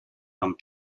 from